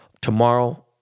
Tomorrow